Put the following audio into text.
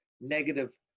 negative